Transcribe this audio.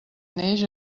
neix